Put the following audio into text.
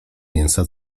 mięsa